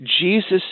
Jesus